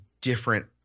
different